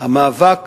המאבק